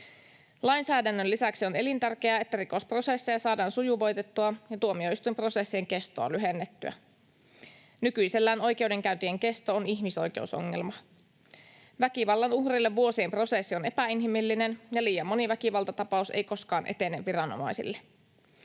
Lainsäädännön lisäksi on elintärkeää, että rikosprosesseja saadaan sujuvoitettua ja tuomioistuinprosessien kestoa lyhennettyä. Nykyisellään oikeudenkäyntien kesto on ihmisoikeusongelma. Väkivallan uhrille vuosien prosessi on epäinhimillinen, ja liian moni väkivaltatapaus ei koskaan etene viranomaisille.